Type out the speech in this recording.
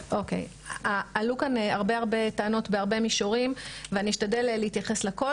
עלו כאן הרבה טענות בהרבה מישורים ואני אשתדל להתייחס להכל,